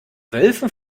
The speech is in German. wölfen